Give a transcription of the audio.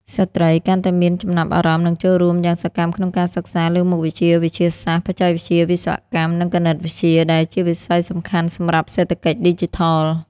ស្ត្រីកាន់តែមានចំណាប់អារម្មណ៍និងចូលរួមយ៉ាងសកម្មក្នុងការសិក្សាលើមុខវិជ្ជាវិទ្យាសាស្ត្រ បច្ចេកវិទ្យា វិស្វកម្ម និងគណិតវិទ្យា ដែលជាវិស័យសំខាន់សម្រាប់សេដ្ឋកិច្ចឌីជីថល។